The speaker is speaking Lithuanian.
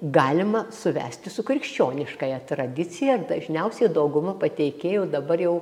galima suvesti su krikščioniškąja tradicija dažniausiai dauguma pateikėjų dabar jau